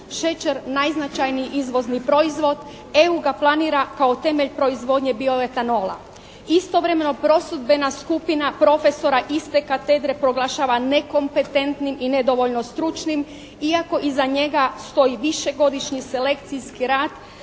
Šećer najznačajniji izvozni proizvod, EU ga planira kao temelj proizvodnje bioetanola. Istovremeno prosudbena skupina profesora iste katedre proglašava nekompetentnim i nedovoljno stručnim iako iza njega stoji višegodišnji selekcijski rad